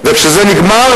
וכשזה נגמר,